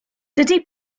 dydi